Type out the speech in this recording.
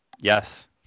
Yes